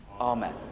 Amen